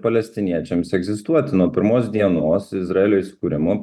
palestiniečiams egzistuoti nuo pirmos dienos izraeliui sukuriama